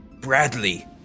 Bradley